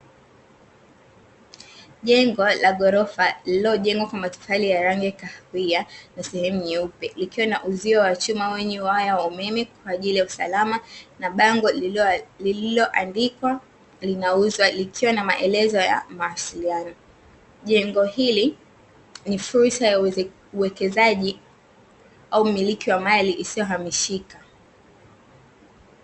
Jengo la ghorofa lililojengwa kwa matofali ya rangi ya kahawia na sehemu nyeupe likiwa na uzio wa chuma wenye waya wa umeme kwa ajiri ya usalama na bango lililoandikwa linauzwa ikiwa na maelezo ya mawasiliano, jengo hili ni fursa ya uwekezaji au umiliki wa mali isiyohamishika.